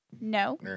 No